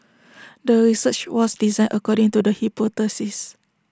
the research was designed according to the hypothesis